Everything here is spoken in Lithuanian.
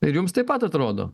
ir jums taip pat atrodo